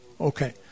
Okay